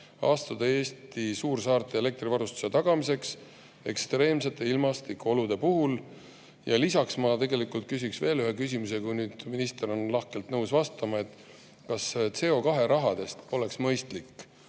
astuda Eesti suursaarte elektrivarustuse tagamiseks ekstreemsete ilmastikuolude puhul? Lisaks ma tegelikult küsiks veel ühe küsimuse, kui minister on lahkelt nõus vastama. Kas CO2raha poleks mõistlik